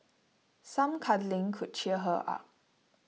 some cuddling could cheer her up